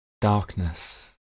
darkness